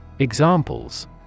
Examples